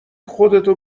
خودتو